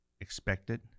expected